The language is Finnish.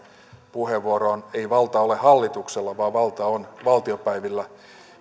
puheenvuoroon ei valta ole hallituksella vaan valta on valtiopäiville